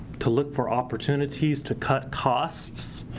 to look for opportunities to cut costs,